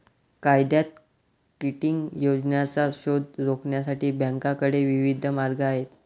कायद्यात किटिंग योजनांचा शोध रोखण्यासाठी बँकांकडे विविध मार्ग आहेत